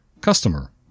Customer